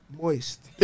Moist